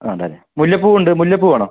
വേണ്ടാലെ മുല്ലപ്പൂ ഉണ്ട് മുല്ലപ്പൂ വേണോ